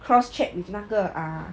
cross check with 那个啊